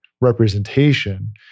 representation